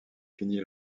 finie